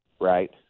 right